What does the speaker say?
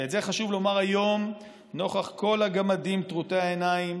ואת זה חשוב לומר היום נוכח כל הגמדים טרוטי העיניים